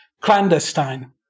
Clandestine